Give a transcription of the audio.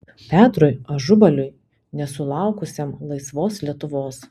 petrui ažubaliui nesulaukusiam laisvos lietuvos